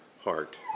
heart